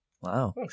Wow